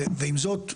ועם זאת,